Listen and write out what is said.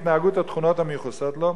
התנהגות או תכונות המיוחסות לו,